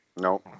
No